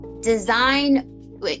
design